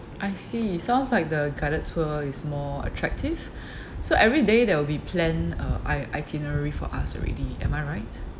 I see it sounds like the guided tour is more attractive so every day there will be planned uh i~ itinerary for us already am I right